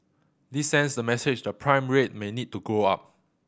this sends the message the prime rate may need to go up